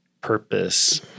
purpose